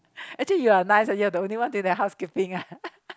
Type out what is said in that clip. actually you are nice you are the only doing the housekeeping ah